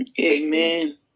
Amen